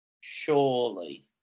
surely